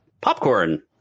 popcorn